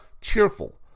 cheerful